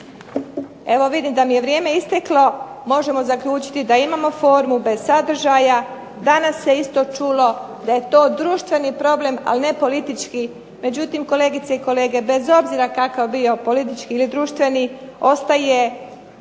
Evo vidim da mi je vrijeme isteklo. Možemo zaključiti da imamo formu bez sadržaja. Danas se isto čulo da je to društveni problem, ali ne politički. Međutim, kolegice i kolege, bez obzira kakav bio, politički ili društveni ostaje